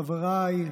חבריי,